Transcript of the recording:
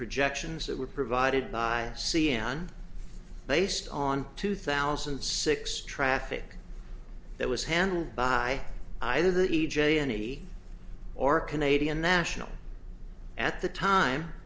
projections that were provided by c n n based on two thousand and six traffic that was handled by either the e j any or canadian national at the time